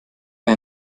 wer